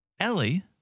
Ellie